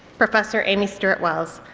professor amy stuart wells.